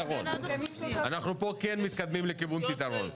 אנחנו פה כן מתקדמים לכיוון פתרון.